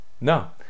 No